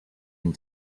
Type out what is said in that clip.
and